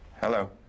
Hello